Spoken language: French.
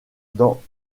dans